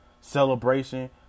Celebration